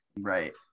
right